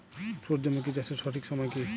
সূর্যমুখী চাষের সঠিক সময় কি?